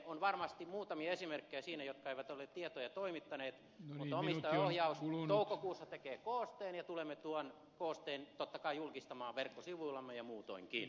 on siinä varmasti muutamia esimerkkejä jotka eivät olleet tietoja toimittaneet mutta omistajaohjaus tekee toukokuussa koosteen ja tulemme tuon koosteen totta kai julkistamaan verkkosivuillamme ja muutoinkin